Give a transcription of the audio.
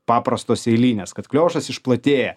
paprastos eilinės kad kliošas išplatėja